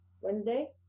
Wednesday